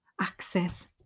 access